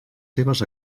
seves